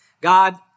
God